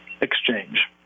exchange